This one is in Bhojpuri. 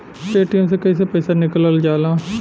पेटीएम से कैसे पैसा निकलल जाला?